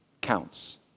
counts